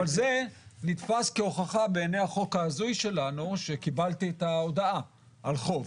אבל זה נתפס כהוכחה בעיני החוק ההזוי שלנו שקיבלתי את ההודעה על חוב.